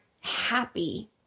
happy